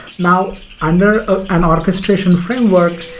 now, under an orchestration framework,